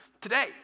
today